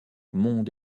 monde